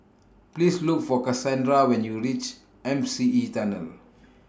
Please Look For Cassandra when YOU REACH M C E Tunnel